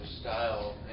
style